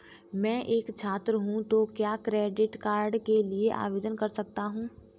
मैं एक छात्र हूँ तो क्या क्रेडिट कार्ड के लिए आवेदन कर सकता हूँ?